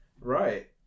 Right